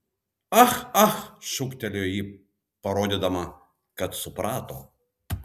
ah ah šūktelėjo ji parodydama kad suprato